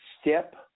step